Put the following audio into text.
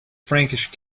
frankish